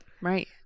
Right